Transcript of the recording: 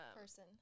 person